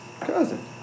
Cousin